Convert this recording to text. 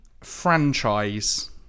franchise